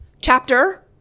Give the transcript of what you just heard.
chapter